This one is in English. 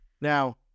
Now